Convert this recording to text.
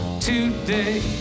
today